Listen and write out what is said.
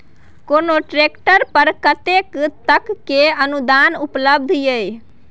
कोनो ट्रैक्टर पर कतेक तक के अनुदान उपलब्ध ये?